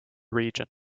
region